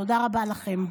תודה רבה לכם.